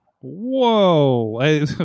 Whoa